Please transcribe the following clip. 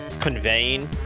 conveying